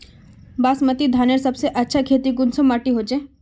बासमती धानेर सबसे अच्छा खेती कुंसम माटी होचए?